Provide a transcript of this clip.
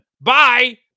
Bye